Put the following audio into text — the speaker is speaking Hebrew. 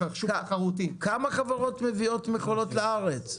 כמה חברות מביאות מכולות לארץ?